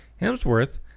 Hemsworth